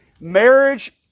Marriage